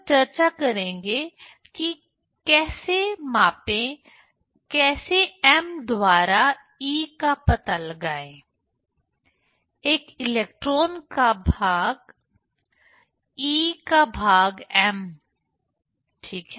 फिर हम चर्चा करेंगे कि कैसे मापें कैसे एम द्वारा ई का पता लगाएं एक इलेक्ट्रॉन का e भाग m em ठीक है